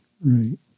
Right